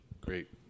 Great